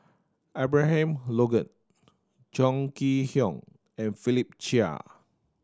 Abraham Logan Chong Kee Hiong and Philip Chia